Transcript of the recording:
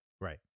Right